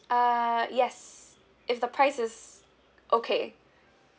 uh yes if the price is okay